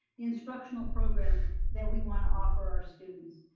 the instructional programs that we wanna offer our students.